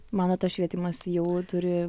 manote švietimas jau turi